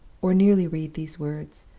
or nearly read these words,